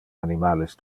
animales